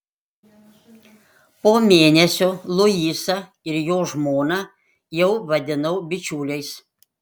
po mėnesio luisą ir jo žmoną jau vadinau bičiuliais